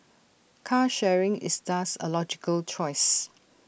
car sharing is thus A logical choice